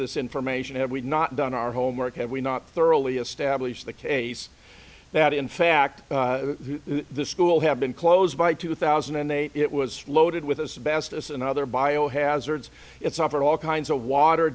this information had we not done our homework had we not thoroughly established the case that in fact the school have been closed by two thousand and eight it was loaded with us baskets and other biohazards itself and all kinds of water